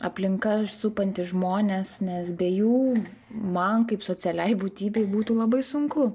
aplinka supantys žmonės nes be jų man kaip socialiai būtybei būtų labai sunku